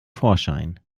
vorschein